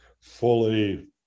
fully